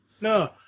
No